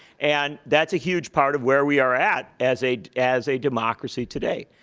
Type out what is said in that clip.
and that's a huge part of where we are at as a as a democracy today.